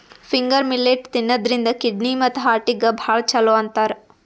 finger millet ತಿನ್ನದ್ರಿನ್ದ kidney ಮತ್ತ್ ಹಾರ್ಟಿಗ್ ಭಾಳ್ ಛಲೋ ಅಂತಾರ್